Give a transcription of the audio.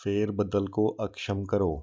फेर बदल को अक्षम करो